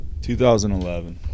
2011